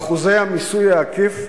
באחוזי המיסוי העקיף,